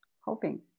hoping